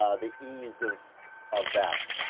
ah the ease of of that.